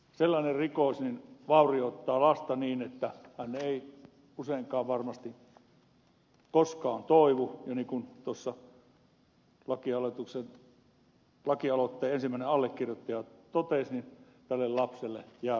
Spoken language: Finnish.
sellainen rikos vaurioittaa lasta niin että hän ei useinkaan varmasti koskaan toivu ja niin kuin tuossa laki aloitteen ensimmäinen allekirjoittaja totesi tälle lapselle jää pysyviä vaurioita